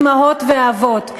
אימהות ואבות.